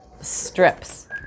strips